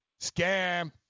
Scam